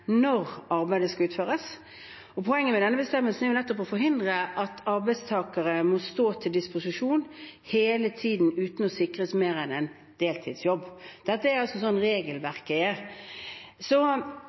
når arbeidet skal utføres. Poenget med denne bestemmelsen er nettopp å forhindre at arbeidstakere må stå til disposisjon hele tiden uten å sikres mer enn en deltidsjobb. Det er